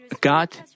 God